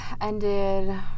ended